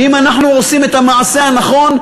ואם אנחנו עושים את המעשה הנכון,